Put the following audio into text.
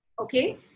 Okay